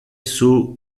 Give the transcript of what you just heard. sur